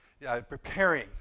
preparing